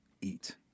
eat